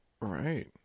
Right